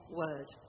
word